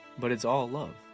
but it's all love.